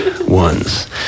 ones